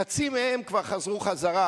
חצי מהם כבר חזרו חזרה,